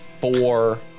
four